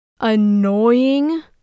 annoying